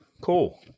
cool